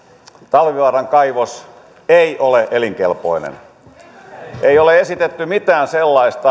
talvivaaran kaivos ei ole elinkelpoinen ei ole esitetty mitään sellaista